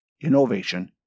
innovation